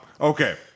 Okay